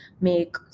make